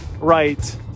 right